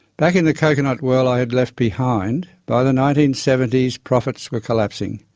back in the coconut world i had left behind, by the nineteen seventy s profits were collapsing.